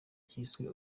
cyiswe